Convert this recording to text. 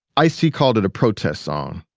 ice-t called it a protest song.